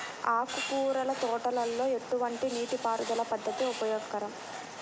ఆకుకూరల తోటలలో ఎటువంటి నీటిపారుదల పద్దతి ఉపయోగకరం?